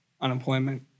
unemployment